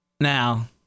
Now